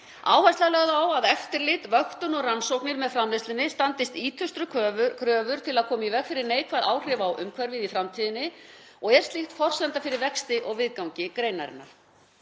er lögð á að eftirlit, vöktun og rannsóknir með framleiðslunni standist ýtrustu kröfur til að koma í veg fyrir neikvæð áhrif á umhverfið í framtíðinni og er slíkt forsenda fyrir vexti og viðgangi greinarinnar.